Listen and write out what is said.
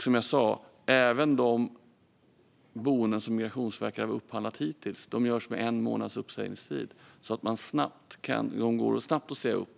Som jag sa: Även när det gäller de boenden som Migrationsverket har upphandlat hittills är det en månads uppsägningstid, så de går snabbt att säga upp.